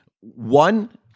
one